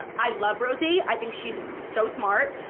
i love rosie. i think she's so smart.